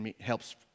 helps